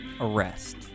arrest